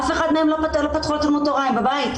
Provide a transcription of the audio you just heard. אף אחד מהם לא פתחו את תלמוד תורה, הם בבית.